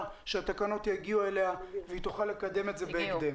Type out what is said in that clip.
שהתקנות יגיעו אליה והיא תוכל לקדם את זה בהקדם.